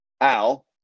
Al